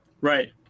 Right